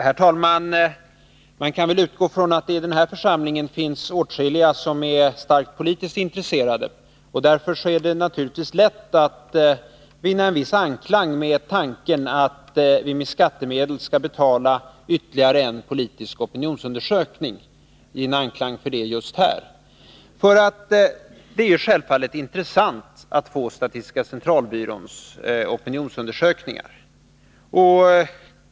Herr talman! Man kan väl utgå ifrån att det i den här församlingen finns åtskilliga som är starkt politiskt intresserade. Därför är det naturligtvis lätt att just här vinna gehör för tanken att vi med skattemedel skall betala ytterligare en politisk opinionsundersökning. Det är självfallet intressant att få statistiska centralbyråns opinionsundersökningar.